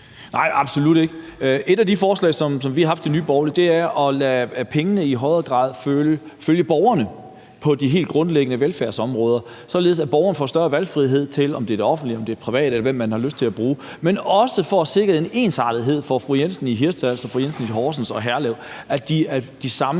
(NB): Nej, absolut ikke. Et af de forslag, som vi har haft i Nye Borgerlige, er at lade pengene i højere grad følge borgeren på de helt grundlæggende velfærdsområder, således at borgeren får større valgfrihed, med hensyn til om det er det offentlige, det private, eller hvem man har lyst til at bruge – men også for at sikre en ensartethed for fru Jensen i Hirtshals og fru Jensen i Horsens og fru Jensen